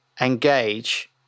engage